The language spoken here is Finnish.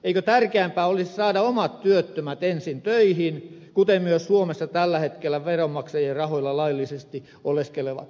eikö tärkeämpää olisi saada omat työttömät ensin töihin kuten myös suomessa tällä hetkellä veronmaksajien rahoilla laillisesti oleskelevat ulkomaalaiset